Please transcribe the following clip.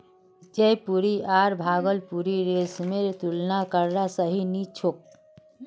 जयपुरी आर भागलपुरी रेशमेर तुलना करना सही नी छोक